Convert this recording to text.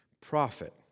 Prophet